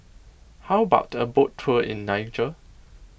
how about a boat tour in Niger